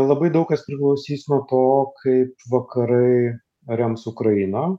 labai daug kas priklausys nuo to kaip vakarai rems ukrainą